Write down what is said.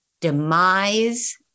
demise